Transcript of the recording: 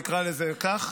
נקרא לזה כך,